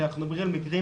שאנחנו מדברים על מקרים